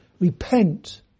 Repent